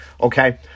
Okay